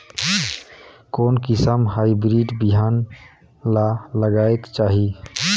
कोन किसम हाईब्रिड बिहान ला लगायेक चाही?